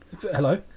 hello